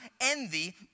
envy